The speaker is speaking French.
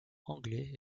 anglais